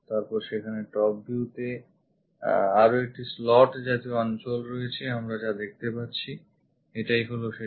তারপর সেখানে top view তে আরও একটি slot জাতীয় অঞ্চল রয়েছে আমরা যা দেখতে যাচ্ছি এটাই হলো সেটা